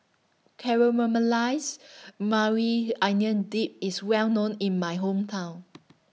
Caramelized Maui Onion Dip IS Well known in My Hometown